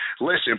Listen